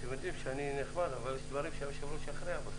אני נחמד, אבל יש דברים שהיושב-ראש יכריע בהם.